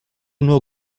nur